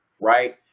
Right